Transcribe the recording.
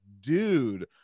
dude